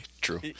true